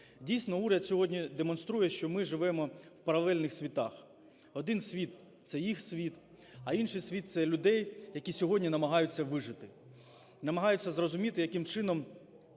Дійсно, уряд сьогодні демонструє, що ми живемо в паралельних світах: один світ – це їх світ, а інший світ – це людей, які сьогодні намагаються вижити, намагаються зрозуміти, яким чином